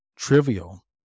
Trivial